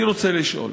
אני רוצה לשאול,